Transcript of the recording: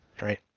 right